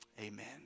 amen